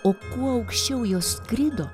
o kuo aukščiau jos skrido